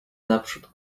naprzód